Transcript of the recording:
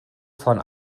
von